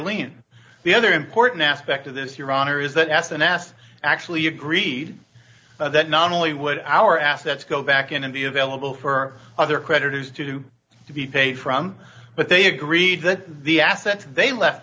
lien the other important aspect of this your honor is that as an ass actually agreed that not only would our assets go back in and be available for other creditors to be paid from but they agreed that the assets they left